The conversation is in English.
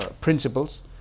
principles